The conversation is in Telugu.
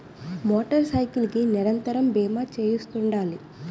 మోటార్ సైకిల్ కి నిరంతరము బీమా చేయిస్తుండాలి